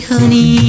Honey